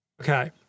Okay